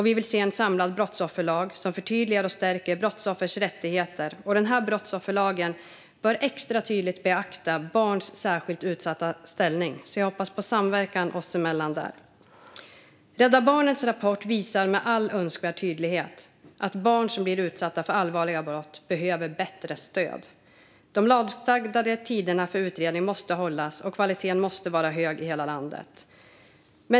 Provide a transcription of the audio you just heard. Vi vill se en samlad brottsofferlag som förtydligar och stärker brottsoffers rättigheter, och den brottsofferlagen bör extra tydligt beakta barns särskilt utsatta ställning. Där hoppas jag på samverkan oss emellan. Rädda Barnens rapport visar med all önskvärd tydlighet att barn som blir utsatta för allvarliga brott behöver bättre stöd. De lagstadgade tiderna för utredning måste hållas, och kvaliteten måste vara hög i hela landet.